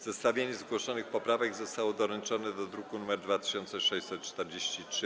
Zestawienie zgłoszonych poprawek zostało doręczone do druku nr 2643.